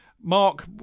Mark